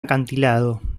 acantilado